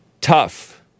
Tough